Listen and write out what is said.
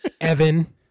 Evan